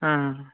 ಹಾಂ